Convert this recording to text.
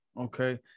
Okay